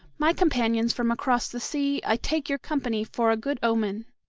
my companions from across the sea. i take your company for a good omen.